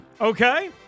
okay